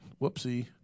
Whoopsie